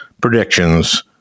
predictions